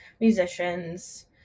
musicians